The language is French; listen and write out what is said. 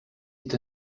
est